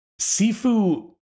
Sifu